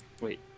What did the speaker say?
Wait